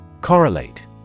Correlate